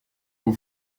aux